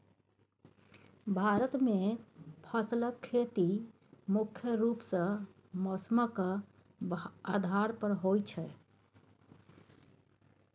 भारत मे फसलक खेती मुख्य रूप सँ मौसमक आधार पर होइ छै